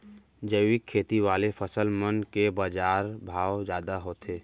जैविक खेती वाले फसल मन के बाजार भाव जादा होथे